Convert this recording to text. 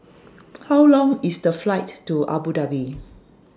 How Long IS The Flight to Abu Dhabi